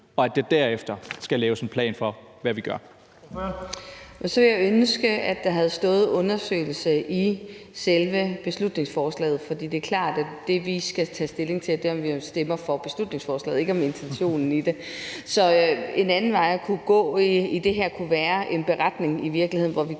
Kl. 15:31 Charlotte Broman Mølbæk (SF): Så ville jeg ønske, at der havde stået undersøgelse i selve beslutningsforslaget, for det er klart, at det, vi skal tage stilling til, er, om vi stemmer for beslutningsforslaget, ikke for intentionen i det. Så en anden vej at gå i det her, kunne i virkeligheden